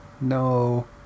No